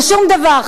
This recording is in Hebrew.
לשום דבר.